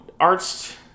Art's